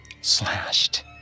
slashed